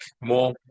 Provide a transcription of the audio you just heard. more